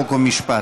חוק ומשפט.